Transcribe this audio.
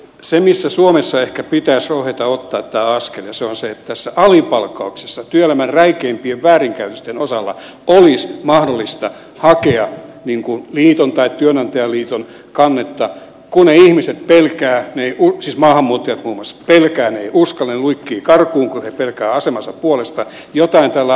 se missä suomessa ehkä pitäisi rohjeta ottaa tämä askel on se että tässä alipalkkauksessa työelämän räikeimpien väärinkäytösten osalla olisi mahdollista hakea liiton tai työnantajaliiton kannetta kun ne ihmiset siis maahanmuuttajat muun muassa pelkäävät he eivät uskalla he luikkivat karkuun kun he pelkäävät asemansa puolesta joten jotain tällä alueella pitäisi tehdä